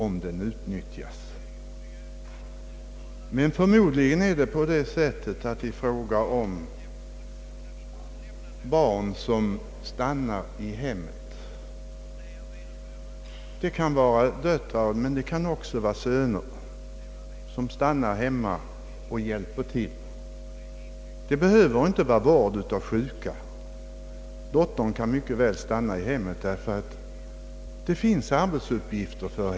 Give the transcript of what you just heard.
För övrigt gäller denna fråga inte bara döttrar. Det händer också att söner stannar hemma och hjälper till. Det behöver inte alltid vara fråga om vård av sjuka, utan barn kan mycket väl stanna i föräldrahemmet för att fullgöra andra arbetsuppgifter.